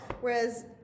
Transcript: Whereas